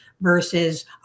versus